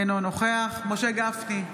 אינו נוכח משה גפני,